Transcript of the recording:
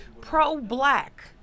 pro-black